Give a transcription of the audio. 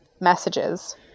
messages